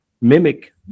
mimic